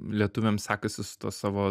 lietuviam sekasi su tuo savo